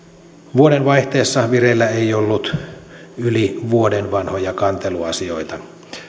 vuodenvaihteessa vireillä ei ollut yli vuoden vanhoja kanteluasioita